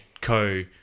co